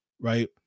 Right